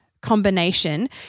combination